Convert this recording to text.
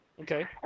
okay